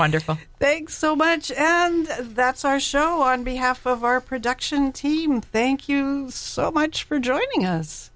wonderful thanks so much that's our show on behalf of our production team thank you so much for joining us